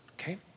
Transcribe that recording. okay